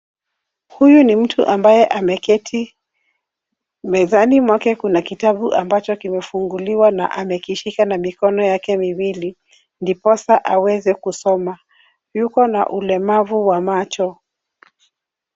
Huyu ni mtu ambaye ameketi. Mezani mwake kuna kitabu ambacho kimefunguliwa na amekishika na mikono yake miwili ndiposa aweze kusoma. Yuko na ulemavu wa macho.